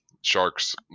sharks